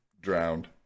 drowned